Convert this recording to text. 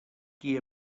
qui